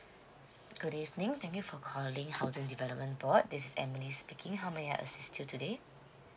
good evening thank you for calling housing development board this is emily speaking how may I assist you today